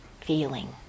feeling